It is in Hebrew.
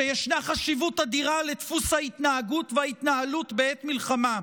שישנה חשיבות אדירה לדפוס ההתנהגות וההתנהלות בעת מלחמה,